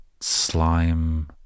Slime